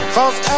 Cause